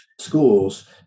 schools